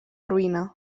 ruïna